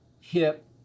hip